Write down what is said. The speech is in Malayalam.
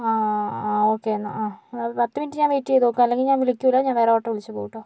ആ ആ ഓക്കെ എന്നാൽ ആ ഒരു പത്തു മിനിറ്റ് ഞാൻ വെയിറ്റ് ചെയ്തു നോക്കാം അല്ലെങ്കിൽ ഞാൻ വിളിക്കില ഞാൻ വേറെ ഓട്ടോ വിളിച്ച് പോവും കേട്ടോ